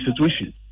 situation